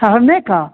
ठहरने का